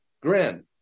grin